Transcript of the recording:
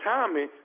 Tommy